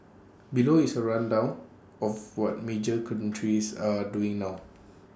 below is A rundown of what major countries are doing now